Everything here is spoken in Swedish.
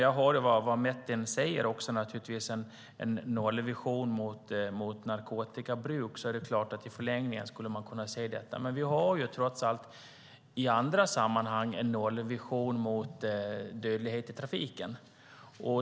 Jag hör vad Metin säger om en nollvision mot narkotikabruk, och i förlängningen borde vi kunna ha det också mot narkotikarelaterad dödlighet. Vi har ju en nollvision mot dödlighet i trafiken.